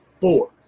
four